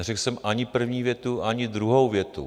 Neřekl jsem ani první větu, ani druhou větu.